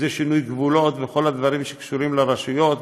אם זה שינוי גבולות וכל הדברים שקשורים לרשויות,